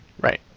right